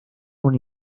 una